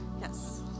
Yes